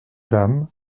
dames